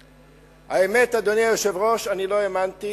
האמת, אדוני היושב-ראש, אני לא האמנתי